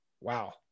Wow